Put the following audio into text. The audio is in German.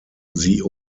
sie